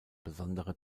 besondere